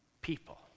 people